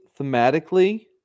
thematically